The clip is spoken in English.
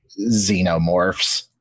Xenomorphs